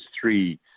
three